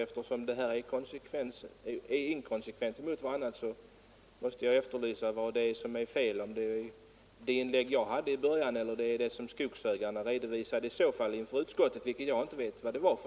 Eftersom dessa båda uttalanden inte är i konsekvens med varandra måste jag efterlysa ett besked om vilket som är felaktigt: det som jag sade i början eller det som skogsägarna redovisade inför utskottet — vilket jag inte vet vad det är.